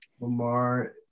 Lamar